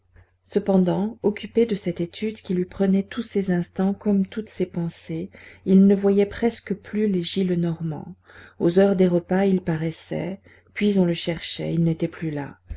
cependant occupé de cette étude qui lui prenait tous ses instants comme toutes ses pensées il ne voyait presque plus les gillenormand aux heures des repas il paraissait puis on le cherchait il n'était plus là